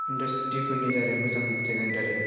इन्दास्ट्रिफोरनि दारैबो जों जायगानि दारै